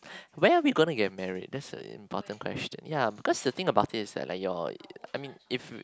where we gonna get married this important question ya because the things about this is like your ya I mean if